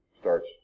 starts